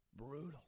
brutal